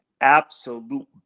absolute